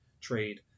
trade